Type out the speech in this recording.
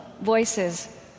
voices